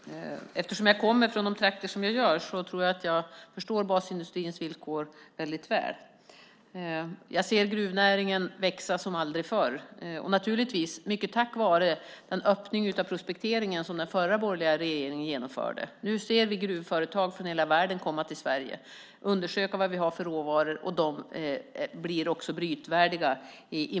Herr talman! Eftersom jag kommer från de trakter som jag gör, tror jag att jag förstår basindustrins villkor väldigt väl. Jag ser gruvnäringen växa som aldrig förr, naturligtvis mycket tack vare den öppning av prospekteringen som den förra borgerliga regeringen genomförde. Nu ser vi gruvföretag från hela världen komma till Sverige för att undersöka vad vi har för råvaror, som i många fall också blir brytvärdiga.